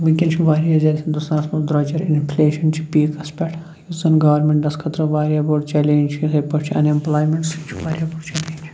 ؤنکیٚن چھِ واریاہ زیادٕ ہِنٛدُستانَس منٛز دروٚجَر اِنٛفِلیشَن چھِ پیٖکَس پٮ۪ٹھ یُس زَنہٕ گورمنٛٹَس خٲطرٕ واریاہ بوٚڈ چَلینج چھِ اِتھٕے پٲٹھۍ چھِ اَن ایمپٕلمیٚنٹ سُتہِ چھِ واریاہ بوٚڈ چَلینج